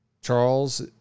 Charles